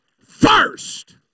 first